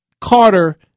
Carter